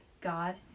God